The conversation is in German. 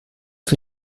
für